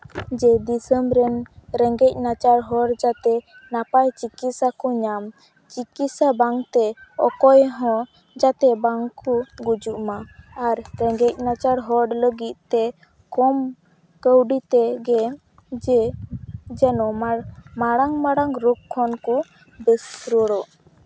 ᱡᱮ ᱫᱤᱥᱚᱢ ᱨᱮᱱ ᱨᱮᱸᱜᱮᱡ ᱱᱟᱪᱟᱨ ᱦᱚᱲ ᱡᱟᱛᱮ ᱱᱟᱯᱟᱭ ᱪᱤᱠᱤᱛᱥᱟ ᱠᱚ ᱧᱟᱢ ᱪᱤᱠᱤᱛᱥᱟ ᱵᱟᱝᱛᱮ ᱚᱠᱚᱭ ᱦᱚᱸ ᱡᱟᱛᱮ ᱵᱟᱝ ᱠᱚ ᱜᱩᱡᱩᱜ ᱢᱟ ᱟᱨ ᱨᱮᱸᱜᱮᱡ ᱱᱟᱪᱟᱨ ᱦᱚᱲ ᱞᱟᱹᱜᱤᱫ ᱛᱮ ᱠᱚᱢ ᱠᱟᱹᱣᱰᱤ ᱛᱮᱜᱮ ᱡᱮ ᱡᱮᱱᱚ ᱢᱟᱨ ᱢᱟᱲᱟᱝ ᱢᱟᱲᱟᱝ ᱨᱳᱜᱽ ᱠᱷᱚᱱ ᱠᱚ ᱵᱮᱥ ᱨᱩᱣᱟᱹᱲᱚᱜ